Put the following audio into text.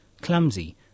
clumsy